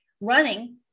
running